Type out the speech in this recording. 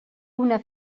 una